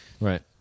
right